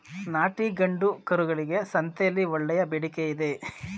ನಾಟಿ ಗಂಡು ಕರುಗಳಿಗೆ ಸಂತೆಯಲ್ಲಿ ಒಳ್ಳೆಯ ಬೇಡಿಕೆಯಿದೆ